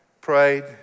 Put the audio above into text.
prayed